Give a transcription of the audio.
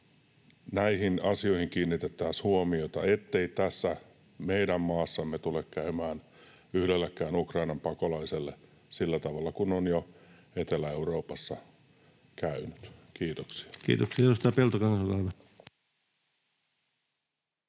näihin asioihin kiinnitettäisiin huomiota, ettei tässä meidän maassamme tule käymään yhdellekään Ukrainan pakolaiselle sillä tavalla kuin on jo Etelä-Euroopassa käynyt. — Kiitoksia.